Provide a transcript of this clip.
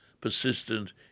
persistent